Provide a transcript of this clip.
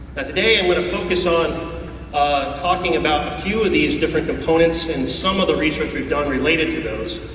today i'm gonna focus on talking about a few of these different components and some of the research we've done related to those.